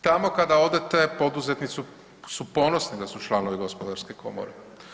Tamo kada odete poduzetnici su ponosni da su članovi gospodarske komore.